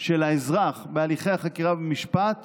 של האזרח בהליכי החקירה במשפט